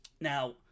Now